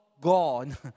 God